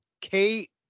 Kate